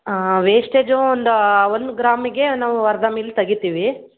ಹಾಂ ವೇಸ್ಟೇಜೂ ಒಂದು ಒಂದು ಗ್ರಾಮಿಗೆ ನಾವು ಅರ್ಧ ಮಿಲ್ ತೆಗಿತೀವಿ